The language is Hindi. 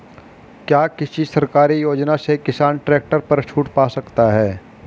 क्या किसी सरकारी योजना से किसान ट्रैक्टर पर छूट पा सकता है?